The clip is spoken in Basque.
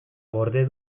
gorde